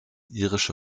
irische